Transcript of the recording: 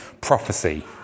prophecy